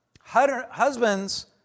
Husbands